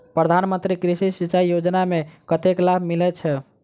प्रधान मंत्री कृषि सिंचाई योजना मे कतेक लाभ मिलय छै?